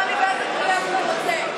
תקרא אותי לסדר איזו קריאה שאתה רוצה.